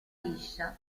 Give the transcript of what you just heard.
liscia